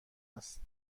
است